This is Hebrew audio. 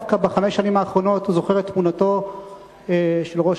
בחמש השנים האחרונות אני דווקא זוכר את תמונתו של ראש